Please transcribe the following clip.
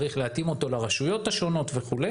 צריך להתאים אותו לרשויות השונות וכו'.